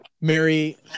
Mary